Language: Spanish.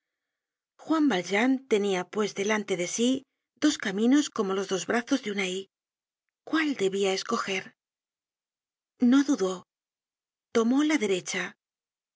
juan valjean tenia pues delante de sí dos caminos como los dos brazos de una y cuál debia escoger no dudó tomó la derecha